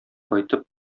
кайтып